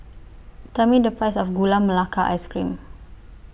Tell Me The Price of Gula Melaka Ice Cream